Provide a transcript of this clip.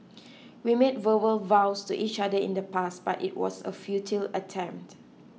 we made verbal vows to each other in the past but it was a futile attempt